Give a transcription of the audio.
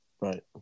right